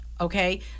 Okay